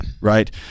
Right